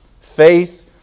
Faith